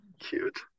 Cute